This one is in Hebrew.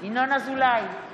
ינון אזולאי,